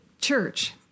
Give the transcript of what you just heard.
church